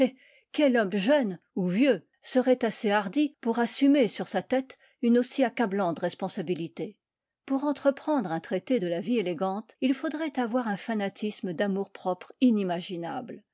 quel homme jeune ou vieux serait assez hardi pour assumer sur sa tête une aussi accablante responsabilité pour entreprendre un traité de la vie élégante il faudrait avoir un fanatisme d'amour-propre inimaginable